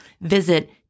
Visit